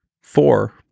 four